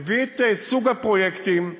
מביא את סוג הפרויקטים,